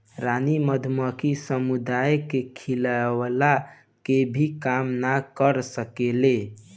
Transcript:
रानी मधुमक्खी समुदाय के खियवला के भी काम ना कर सकेले